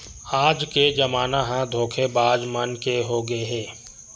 आज के जमाना ह धोखेबाज मन के होगे हे